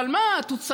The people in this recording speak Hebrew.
אבל מה התוצאה?